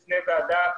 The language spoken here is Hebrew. לקבל.